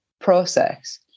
process